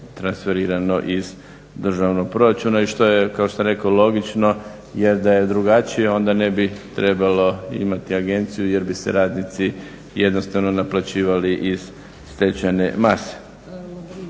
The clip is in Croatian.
transferirano iz državnog proračuna. I što je, kao što sam rekao logično, jer da je drugačije onda ne bi trebalo imati agenciju jer bi se radnici jednostavno naplaćivali iz stečajne mase.